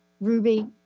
Ruby